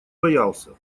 боялся